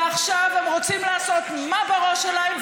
ועכשיו הם רוצים לעשות מה בראש שלהם,